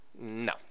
No